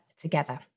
together